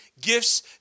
gifts